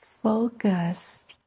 Focus